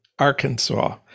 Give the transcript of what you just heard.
Arkansas